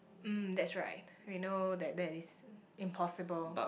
mm that's right we know that that is impossible